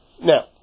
Now